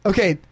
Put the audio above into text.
Okay